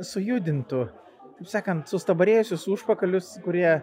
sujudintų kaip sakant sustabarėjusius užpakalius kurie